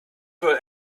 will